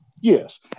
Yes